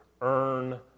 earn